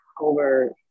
over